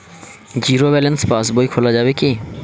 Zero balance পাশ বই খোলা যাবে কি?